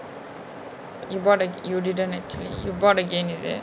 you bought you didn't actually you bought again is it